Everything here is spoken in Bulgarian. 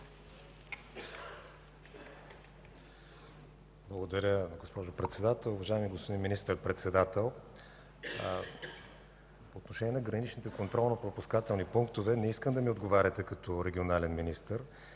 Благодаря, госпожо Председател. Уважаеми господин Министър-председател, по отношение на граничните контролно-пропускателни пунктове не искам да ми отговаряте като регионален министър.